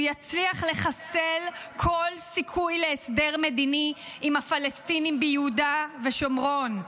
הוא יצליח לחסל כל סיכוי להסדר מדיני עם הפלסטינים ביהודה ושומרון.